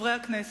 חברי הכנסת,